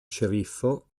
sceriffo